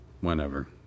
whenever